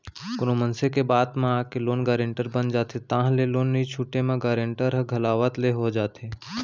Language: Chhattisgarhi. कोनो मनसे के बात म आके लोन गारेंटर बन जाथे ताहले लोन नइ छूटे म गारेंटर ह घलावत ले हो जाथे